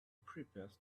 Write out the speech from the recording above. prepares